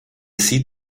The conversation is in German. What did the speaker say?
sie